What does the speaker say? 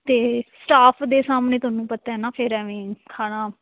ਅਤੇ ਸਟਾਫ ਦੇ ਸਾਹਮਣੇ ਤੁਹਾਨੂੰ ਪਤਾ ਹੈ ਨਾ ਫਿਰ ਐਵੇਂ ਖਾਣਾ